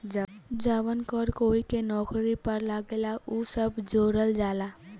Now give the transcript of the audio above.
जवन कर कोई के नौकरी पर लागेला उ सब जोड़ल जाला